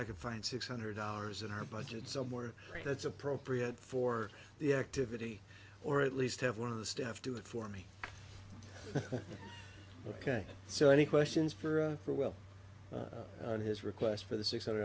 i could find six hundred dollars in our budget somewhere that's appropriate for the activity or at least have one of the staff do it for me ok so any questions for for well on his request for the six hundred